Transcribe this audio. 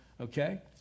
okay